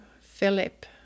Philip